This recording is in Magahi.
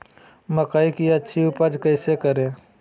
मकई की अच्छी उपज कैसे करे?